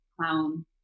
clown